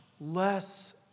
less